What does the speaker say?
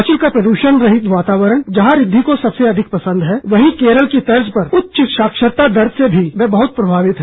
हिमाचल का प्रद्रषण रहित वातावरण जहां ऋधि को सबसे अधिक पसंद है वहीं केरल की तर्ज पर उच्च साक्षरता दर से भी वह बहुत प्रभावित है